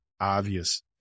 obvious